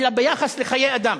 אלא ביחס לחיי אדם.